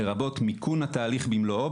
לרבות מיכון התהליך במלואו,